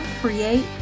create